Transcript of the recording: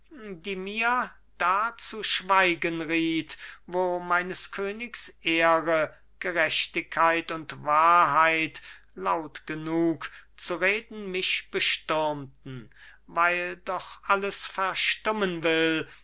die mir da zu schweigen riet wo meines königs ehre gerechtigkeit und wahrheit laut genug zu reden mich bestürmten weil doch alles verstummen will